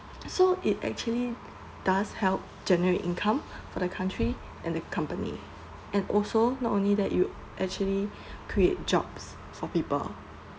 so it actually does help generate income for the country and the company and also not only that you actually create jobs for people